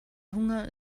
hunger